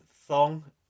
thong